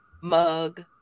mug